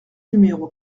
numéro